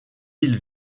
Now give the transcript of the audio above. îles